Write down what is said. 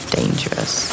dangerous